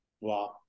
Wow